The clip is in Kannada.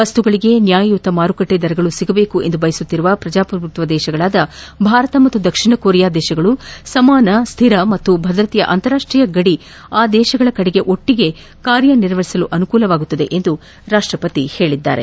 ವಸ್ತುಗಳಿಗೆ ನ್ಯಾಯಯುತ ಮಾರುಕಟ್ಟೆ ದರಗಳು ಸಿಗಬೇಕೆಂದು ಬಯಸುತ್ತಿರುವ ಪ್ರಜಾಪ್ರಭುತ್ವ ರಾಷ್ಷಗಳಾದ ಭಾರತ ಮತ್ತು ದಕ್ಷಿಣ ಕೊರಿಯಾ ದೇಶಗಳು ಸಮಾನ ಸ್ಥಿರ ಹಾಗೂ ಭದ್ರತೆಯ ಅಂತಾರಾಷ್ಟೀಯ ಗಡಿ ಆ ದೇಶಗಳ ಕಡೆಗೆ ಒಟ್ಟಿಗೆ ಕಾರ್ಯ ನಿರ್ವಹಿಸಲು ಅನುಕೂಲವಾಗುತ್ತದೆ ಎಂದು ರಾಷ್ಟಪತಿ ಹೇಳಿದರು